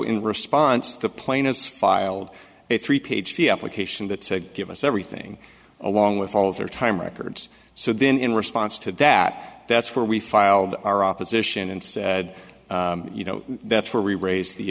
in response the plaintiffs filed a three page free application that said give us everything along with all of their time records so then in response to that that's where we filed our opposition and said you know that's where we raise the